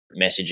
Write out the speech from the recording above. messaging